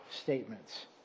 statements